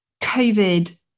COVID